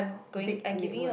big word